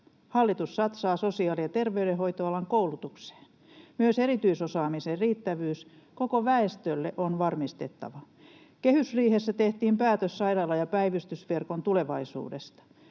Hallitus satsaa sosiaali- ja terveydenhoitoalan koulutukseen. Myös erityisosaamisen riittävyys koko väestölle on varmistettava. Kehysriihessä tehtiin päätös sairaala- ja päivystysverkon tulevaisuudesta.